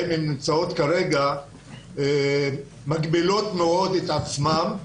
הן נמצאות כרגע מגבילות מאוד את עצמן.